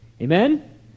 Amen